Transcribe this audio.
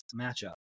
matchup